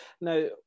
Now